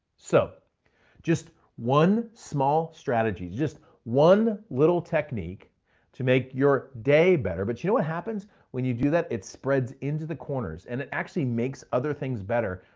so just one small strategy, just one little technique to make your day better. but you know what happens when you do that? it spreads into the corners and it actually makes other things better.